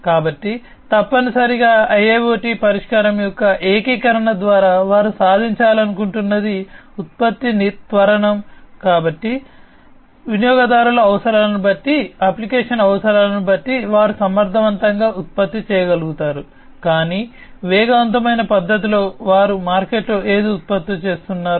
కాబట్టి వినియోగదారు అవసరాలను బట్టి అప్లికేషన్ అవసరాలను బట్టి వారు సమర్థవంతంగా ఉత్పత్తి చేయగలుగుతారు కానీ వేగవంతమైన పద్ధతిలో వారు మార్కెట్లో ఏది ఉత్పత్తి చేస్తున్నారో